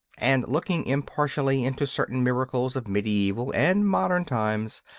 and looking impartially into certain miracles of mediaeval and modern times,